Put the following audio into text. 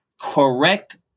correct